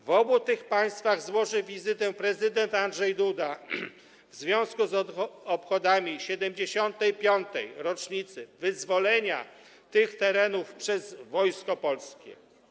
W obu tych państwach złoży wizytę prezydent Andrzej Duda w związku z obchodami 75. rocznicy wyzwolenia tych terenów przez wojsko polskie.